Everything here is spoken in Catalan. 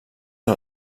que